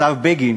השר בגין